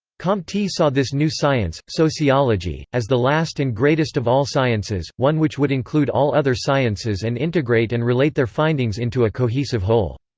comte saw this new science, sociology, as the last and greatest of all sciences, one which would include all other sciences and integrate and relate their findings into a cohesive whole.